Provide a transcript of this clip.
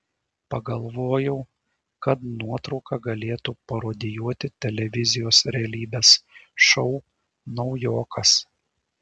pagalvojau kad nuotrauka galėtų parodijuoti televizijos realybės šou naujokas